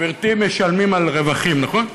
גברתי, משלמים על רווחים, נכון?